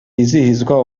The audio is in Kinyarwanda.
hizihizwa